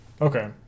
okay